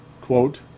quote